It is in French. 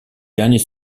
dernier